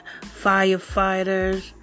firefighters